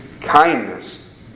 kindness